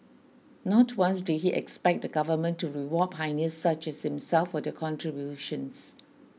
not once did he expect the government to reward pioneers such as himself for their contributions